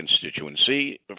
constituency